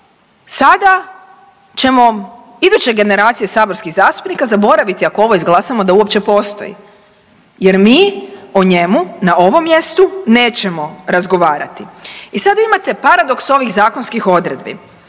sada ćemo iduće generacije saborskih zastupnika zaboraviti ako ovo izglasamo da uopće postoji jer mi o njemu na ovom mjestu nećemo razgovarati. I sad vi imate paradoks ovih zakonskih odredbi,